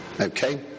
Okay